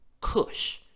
kush